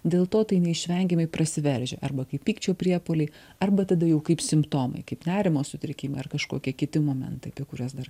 dėl to tai neišvengiamai prasiveržia arba kaip pykčio priepuoliai arba tada jau kaip simptomai kaip nerimo sutrikimai ar kažkokie kiti momentai apie kuriuos dar